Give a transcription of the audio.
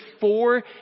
four